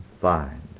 find